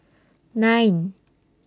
nine